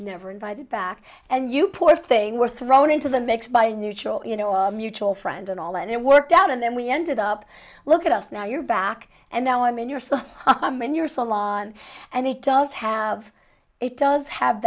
never invited back and you poor thing were thrown into the mix by neutral you know a mutual friend and all and it worked out and then we ended up look at us now you're back and now i'm in your so i'm in your salon and it does have it does have